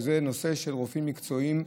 וזה בנושא של רופאים מקצועיים: